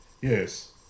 Yes